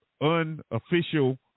unofficial